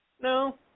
No